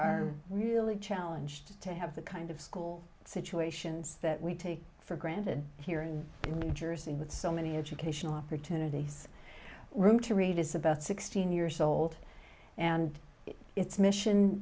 are really challenged to have the kind of school situations that we take for granted here in new jersey with so many educational opportunities room to read is about sixteen years old and its mission